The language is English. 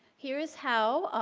here is how